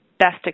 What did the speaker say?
Best